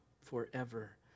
forever